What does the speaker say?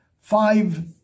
five